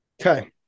Okay